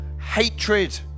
hatred